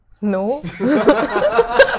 No